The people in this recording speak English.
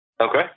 Okay